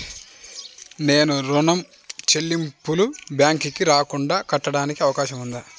నేను ఋణం చెల్లింపులు బ్యాంకుకి రాకుండా కట్టడానికి అవకాశం ఉందా?